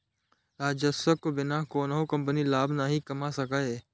राजस्वक बिना कोनो कंपनी लाभ नहि कमा सकैए